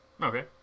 okay